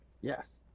Yes